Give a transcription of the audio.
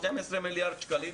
12 מיליארד שקלים,